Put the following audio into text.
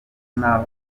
naho